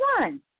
one